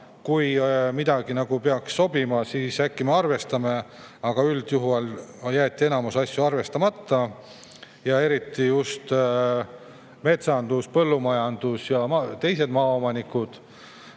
Kui midagi peaks sobima, siis äkki me arvestame. Aga üldjuhul jäeti enamus asju arvestamata, eriti just metsanduse ja põllumajandusega seotud ja teistes maaomanike